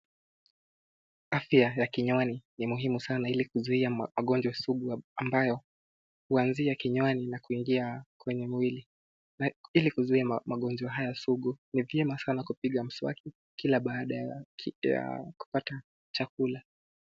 Afia ya kinywani ni muhimu sana ili kuzuia magonjwa sugu ambayo, huanzia kinywani na kuingia kwenye mwili. Ili kuzuia magonjwa haya sugu, ni vyema sana kupiga mswaki kila baada kupata chakula.